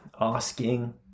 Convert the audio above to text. asking